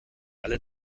alle